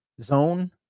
zone